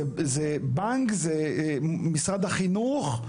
זה בנק, זה משרד החינוך.